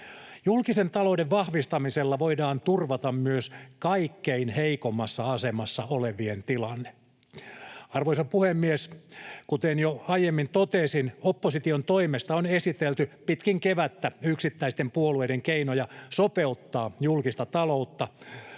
Julkisen talouden vahvistamisella voidaan turvata myös kaikkein heikoimmassa asemassa olevien tilanne. Arvoisa puhemies! Kuten jo aiemmin totesin, opposition toimesta on esitelty pitkin kevättä yksittäisten puolueiden keinoja sopeuttaa julkista taloutta,